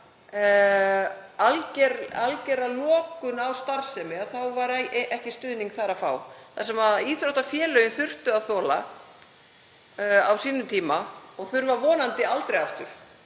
algera lokun á starfsemi var ekki stuðning þar að fá. Það sem íþróttafélögin þurftu að þola á sínum tíma og þurfi vonandi aldrei aftur